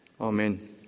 Amen